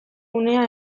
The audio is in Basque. unea